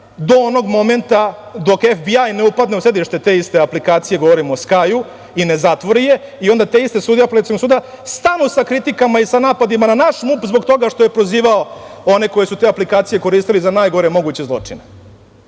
do onog momenta dok FBI ne upadne u sedište te iste aplikacije, govorim o „Skaju“, i ne zatvori je i onda te iste sudije Apelacionog suda stalno sa kritikama i sa napadima na naš MUP zbog toga što je pozivao one koji su te aplikacije koristili za najgore moguće zločine.